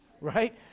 right